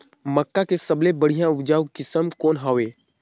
मक्का के सबले बढ़िया उपजाऊ किसम कौन हवय?